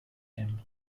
him